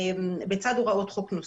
בצד הוראות חוק נוספות.